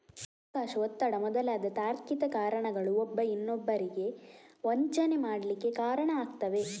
ಅವಕಾಶ, ಒತ್ತಡ ಮೊದಲಾದ ತಾರ್ಕಿಕ ಕಾರಣಗಳು ಒಬ್ಬ ಇನ್ನೊಬ್ಬರಿಗೆ ವಂಚನೆ ಮಾಡ್ಲಿಕ್ಕೆ ಕಾರಣ ಆಗ್ತವೆ